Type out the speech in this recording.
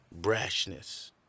brashness